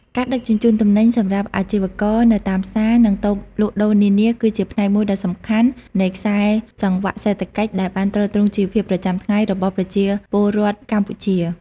ការដឹកជញ្ជូនទំនិញសម្រាប់អាជីវករនៅតាមផ្សារ និងតូបលក់ដូរនានាគឺជាផ្នែកមួយដ៏សំខាន់នៃខ្សែសង្វាក់សេដ្ឋកិច្ចដែលបានទ្រទ្រង់ជីវភាពប្រចាំថ្ងៃរបស់ប្រជាពលរដ្ឋកម្ពុជា។